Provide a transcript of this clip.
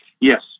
Yes